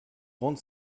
grande